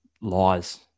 lies